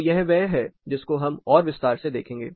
तो यह वह है जिसको हम और विस्तार से देखेंगे